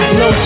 no